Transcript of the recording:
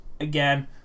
again